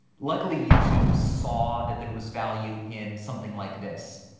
luckily, youtube saw that there was value in something like this.